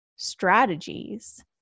strategies